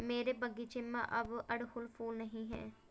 मेरे बगीचे में अब अड़हुल फूल नहीं हैं